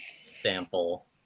sample